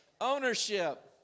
ownership